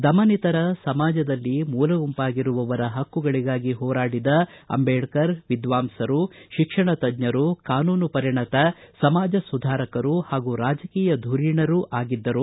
ದಮನಿತರ ಸಮಾಜದಲ್ಲಿ ಮೂಲೆಗುಂಪಾಗಿರುವವರ ಹಕ್ಕುಗಳಿಗಾಗಿ ಹೋರಾಡಿದ ಅಂಬೇಡ್ಕರ್ ವಿದ್ವಾಂಸರು ಶಿಕ್ಷಣ ತಜ್ಜರು ಕಾನೂನು ಪರಿಣತ ಸಮಾಜ ಸುಧಾರಕರು ಹಾಗೂ ರಾಜಕೀಯ ಧುರೀಣರೂ ಆಗಿದ್ದರು